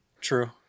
true